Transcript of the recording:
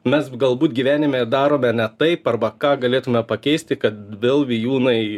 mes galbūt gyvenime darome ne taip arba ką galėtume pakeisti kad vėl vijūnai